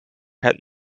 had